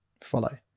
follow